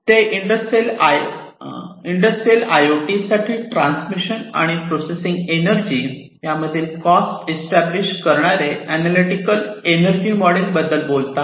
ते industrial I O T साठी transmission आणि प्रोसेसिंग एनर्जी या मधील कॉस्ट एस्टॅब्लिश करणारे अनालॅटिकल एनर्जी मॉडेल बद्दल बोलतात